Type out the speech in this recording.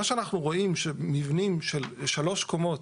מה שאנחנו רואים, שמבנים של שלוש קומות,